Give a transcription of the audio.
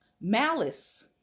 malice